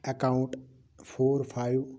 account four five